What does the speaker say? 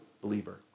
believer